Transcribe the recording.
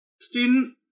student